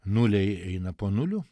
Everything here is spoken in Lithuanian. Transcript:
nuliai eina po nulių